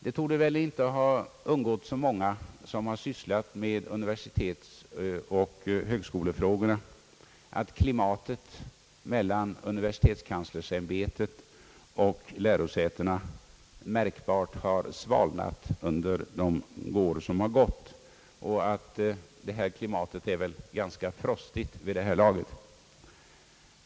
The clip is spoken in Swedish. Det torde väl inte ha undgått så många, som har sysslat med universitetsoch högskolefrågorna, att klimatet mellan universitetskanslersämbetet och lärosätena märkbart har svalnat under de år som har gått och att detta klimat är ganska frostigt vid det här laget.